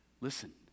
Listen